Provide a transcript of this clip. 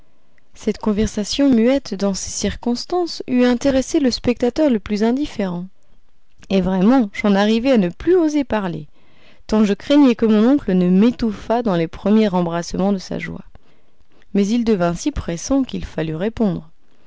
cette conversation muette dans ces circonstances eût intéressé le spectateur le plus indifférent et vraiment j'en arrivais à ne plus oser parler tant je craignais que mon oncle ne m'étouffât dans les premiers embrassements de sa joie mais il devint si pressant qu'il fallut répondre